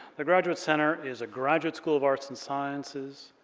the graduate center is a graduate school of arts and sciences,